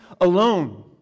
alone